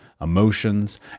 emotions